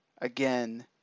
again